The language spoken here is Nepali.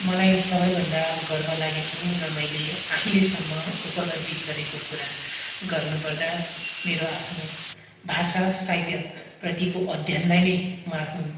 मलाई सबैभन्दा गर्व लागेको र मैले अहिलेसम्म उपलब्धि गरेको कुरा गर्नुपर्दा मेरो आफ्नो भाषा साहित्यप्रतिको अध्ययनलाई नै म आफ्नो